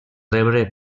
rebre